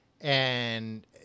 and-